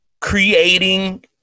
creating